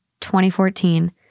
2014